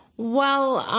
well,